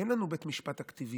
אין לנו בית משפט אקטיביסטי.